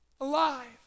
alive